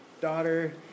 daughter